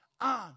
on